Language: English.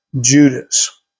Judas